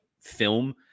film